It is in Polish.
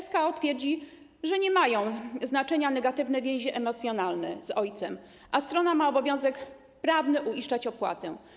SKO twierdzi, że nie mają znaczenia negatywne więzi emocjonalne z ojcem, a strona ma obowiązek prawny uiszczać opłatę.